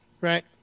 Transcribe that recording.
Right